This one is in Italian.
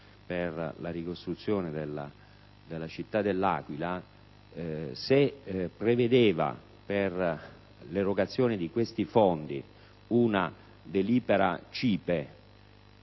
per la ricostruzione della città dell'Aquila, ha previsto per l'erogazione di questi fondi una delibera